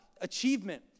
achievement